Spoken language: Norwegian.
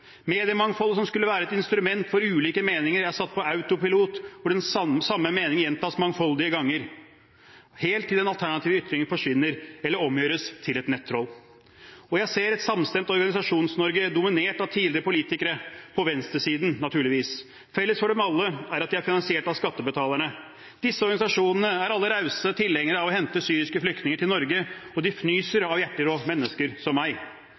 Mediemangfoldet som skulle være et instrument for ulike meninger, er satt på autopilot, for den samme mening gjentas mangfoldige ganger, helt til den alternative ytring forsvinner eller omgjøres til et nettroll. Jeg ser et samstemt Organisasjons-Norge dominert av tidligere politikere – på venstresiden, naturligvis. Felles for dem alle er at de er finansiert av skattebetalerne. Disse organisasjonene er alle rause tilhengere av å hente syriske flyktninger til Norge, og de fnyser av hjerterå mennesker som meg.